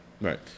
Right